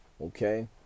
Okay